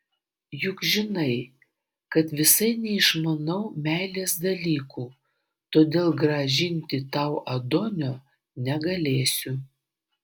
juk žinai kad visai neišmanau meilės dalykų todėl grąžinti tau adonio negalėsiu